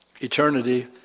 eternity